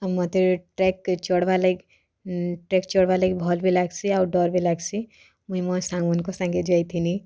ମୋତେ ଟ୍ରାକ୍ ଚଢ଼ବାର୍ ଲାଗି ଟ୍ରାକ୍ ଚଢ଼ବାର୍ ଲାଗି ଭଲ୍ ବି ଲାଗ୍ସି ଆଉ ଡର୍ ବି ଲାଗ୍ସି ମୁଇଁ ମୋ ସାଙ୍ଗମାନଙ୍କ ସାଙ୍ଗେ ଯାଇଥିନି